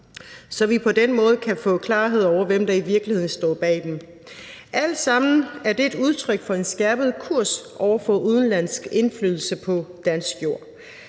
så vi på den måde kan få klarhed over, hvem der i virkeligheden står bag dem. Det er alt sammen et udtryk for en skærpet kurs over for udenlandsk indflydelse på dansk jord.